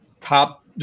top